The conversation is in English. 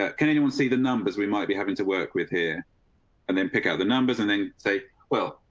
ah can anyone see the numbers we might be having to work with here and then pick out the numbers and then say, well,